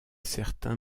certain